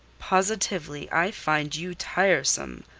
positively, i find you tiresome,